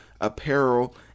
apparel